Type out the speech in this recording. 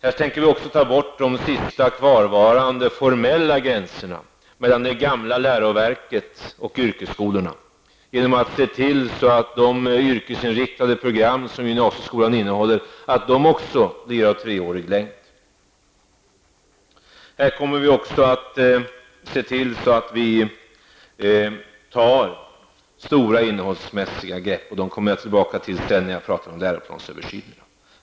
Vi tänker också ta bort de sista kvarvarande formella gränserna mellan det gamla läroverket och yrkesskolorna genom att se till att de yrkesinriktade program som gymnasieskolan innehåller också blir treåriga. Vi kommer också att se till att vi tar stora innehållsmässiga grepp. Jag återkommer till dem när jag skall tala om läroplansöversyner.